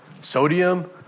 Sodium